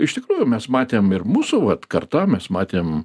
iš tikrųjų mes matėm ir mūsų vat karta mes matėm